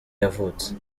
yavutse